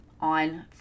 on